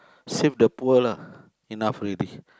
save the poor lah enough already